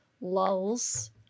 lulls